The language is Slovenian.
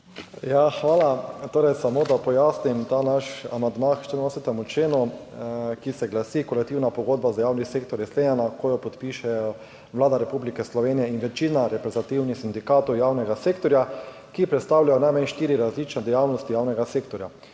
Torej samo, da pojasnim ta naš amandma k 84. členu, ki se glasi: Kolektivna pogodba za javni sektor je sklenjena, ko jo podpiše Vlada Republike Slovenije in večina reprezentativnih sindikatov javnega sektorja, ki predstavljajo najmanj štiri različne dejavnosti javnega sektorja.